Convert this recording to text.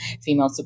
female